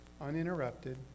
Uninterrupted